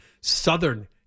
Southern